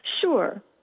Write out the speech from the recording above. sure